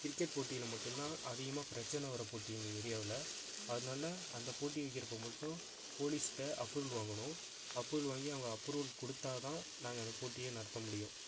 cricket போட்டியில் மட்டும்தான் அதிகமாக பிரச்சின வர்ற போட்டி எங்கள் ஏரியாவில் அதனால் அந்த போட்டி வைக்கிறப்போ மட்டும் போலீஸ்கிட்ட அப்ரூவல் வாங்கணும் அப்ரூவல் வாங்கி அவங்க அப்ரூவல் கொடுத்தாதான் நாங்கள் அந்தப் போட்டியே நடத்த முடியும்